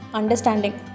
understanding